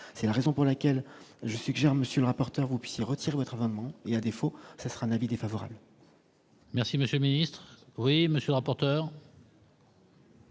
c'est la raison pour laquelle je suggère, monsieur le rapporteur, puisse se retirer votre vraiment il y a des faux ça sera vie favorable. Merci monsieur le ministre, oui, monsieur le rapporteur.